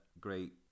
great